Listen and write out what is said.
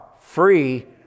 free